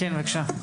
אימאן, בבקשה.